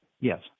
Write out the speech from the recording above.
Yes